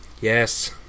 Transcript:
Yes